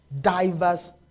diverse